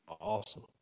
Awesome